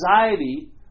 anxiety